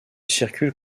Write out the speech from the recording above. circulent